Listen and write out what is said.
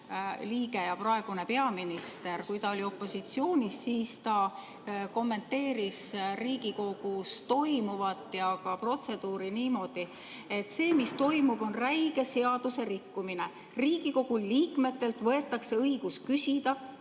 liige ja praegune peaminister, kui ta oli opositsioonis, siis ta kommenteeris Riigikogus toimuvat ja ka protseduuri niimoodi: ""See, mis toimub, on räige seaduserikkumine. Riigikogu liikmetelt võetakse õigus küsida,